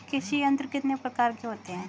कृषि यंत्र कितने प्रकार के होते हैं?